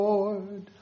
Lord